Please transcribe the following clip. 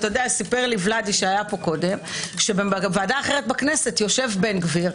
סיפר לי ולדי שהיה פה קודם שבוועדה אחרת בכנסת יושב בן גביר,